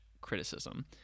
criticism